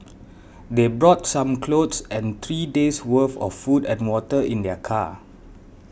they brought some clothes and three days' worth of food and water in their car